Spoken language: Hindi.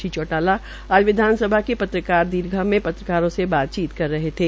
श्री चौटाला आज विधानसभा की पत्रकार कक्ष में पत्रकारों से बातचीत कर रहे थे